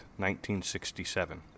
1967